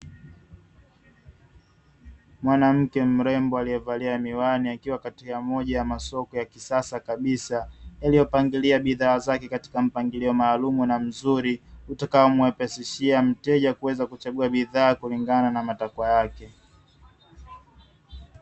Mwanamke mrembo alievalia miwani akiwa kati ya moja ya masoko ya kisasa kabisa yaliyopangilia bidhaa zake katika mpangilio maalumu na mzuri, utakaomwepesia mteja kuchagua bidhaa kutokana na matakwa yake.